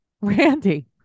Randy